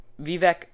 Vivek